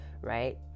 right